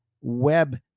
web